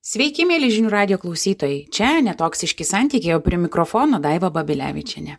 sveiki mieli žinių radijo klausytojai čia netoksiški santykiai o prie mikrofono daiva babilevičienė